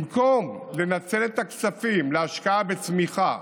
במקום לנצל את הכספים להשקעה בצמיחה